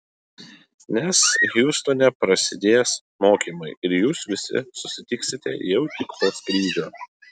nes hjustone prasidės mokymai ir jūs visi susitiksite jau tik po skrydžio